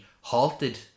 halted